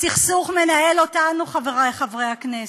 הסכסוך מנהל אותנו, חברי חברי הכנסת.